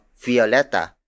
Violeta